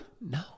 No